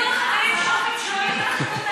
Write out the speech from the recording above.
"מכאן אמרו חכמים" תגידו לחברים שלכם שלא יצאו מהאולם.